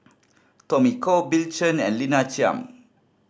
Tommy Koh Bill Chen and Lina Chiam